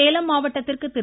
சேலம் மாவட்டத்திற்கு திரு